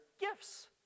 gifts